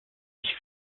sich